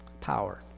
Power